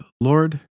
Lord